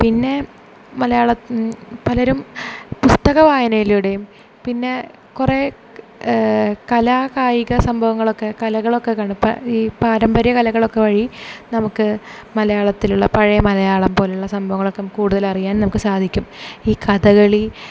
പിന്നെ മലയാളം പലരും പുസ്തക വായനയിലൂടെയും പിന്നെ കുറേ കലാ കായിക സംഭവങ്ങളൊക്കെ കലകളൊക്കെ ഈ പാരമ്പര്യ കലകളൊക്കെ വഴി നമുക്ക് മലയാളത്തിലുള്ള പഴയ മലയാളം പോലെയുള്ള സംഭവങ്ങളൊക്കെ കൂടുതലറിയാൻ നമുക്ക് സാധിക്കും ഈ കഥകളി